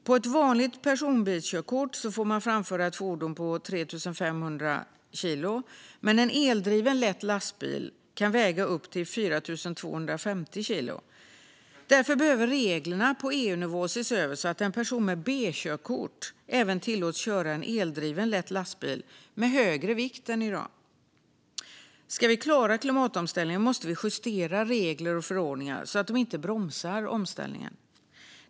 På ett vanligt personbilskörkort får man framföra ett fordon på 3 500 kilo, men en eldriven lätt lastbil kan väga upp till 4 250 kilo. Därför behöver reglerna på EU-nivå ses över så att en person med Bkörkort även tillåts köra en eldriven lätt lastbil med högre vikt än i dag. Ska vi klara klimatomställningen måste vi justera regler och förordningar så att de inte bromsar omställningen.